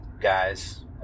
guys